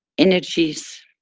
energies,